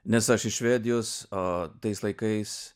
nes aš iš švedijos o tais laikais